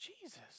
jesus